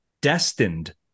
destined